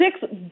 six